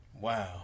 Wow